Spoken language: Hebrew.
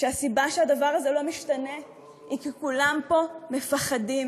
שהסיבה שהדבר הזה לא משתנה היא כי כולם פה מפחדים